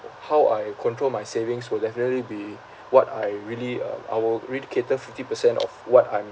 how I control my savings will definitely be what I really um I will really cater fifty percent of what I'm